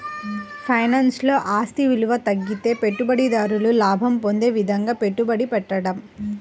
ఫైనాన్స్లో, ఆస్తి విలువ తగ్గితే పెట్టుబడిదారుడు లాభం పొందే విధంగా పెట్టుబడి పెట్టడం